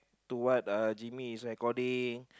to what uh Jimmy is recording